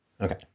Okay